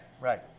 right